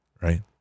right